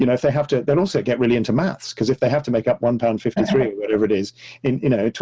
you know if they have to then also get really into maths, cause if they have to make up one pound fifty three, or whatever it is, and you know,